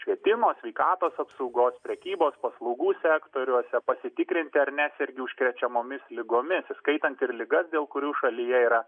švietimo sveikatos apsaugos prekybos paslaugų sektoriuose pasitikrinti ar nesergi užkrečiamomis ligomis įskaitant ir ligas dėl kurių šalyje yra